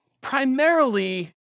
primarily